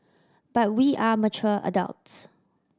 but we are mature adults